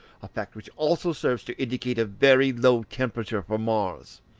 a fact which also serves to indicate a very low temperature for mars,